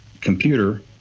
computer